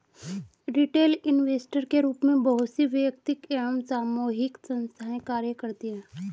retail investor के रूप में बहुत सी वैयक्तिक एवं सामूहिक संस्थाएं कार्य करती हैं